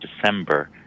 December